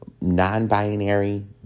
Non-binary